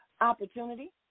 opportunity